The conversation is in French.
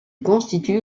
constitue